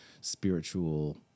spiritual